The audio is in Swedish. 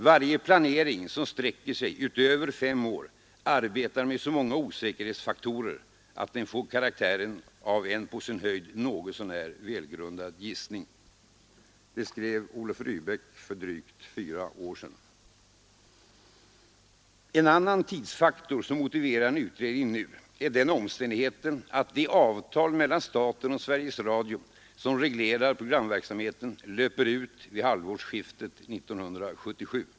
Varje planering som sträcker sig utöver fem år arbetar med så många osäkerhetsfaktorer att den får karaktären av en på sin höjd något så när välgrundad gissning.” Detta skrev Olof Rydbeck för drygt fyra år sedan. En annan tidsfaktor som motiverar en utredning nu är den omständigheten att det avtal mellan staten och Sveriges Radio som reglerar programverksamheten löper ut vid halvårsskiftet 1977.